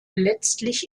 letztlich